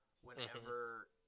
whenever